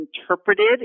interpreted